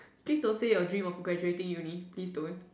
please don't say your dream of graduating uni please don't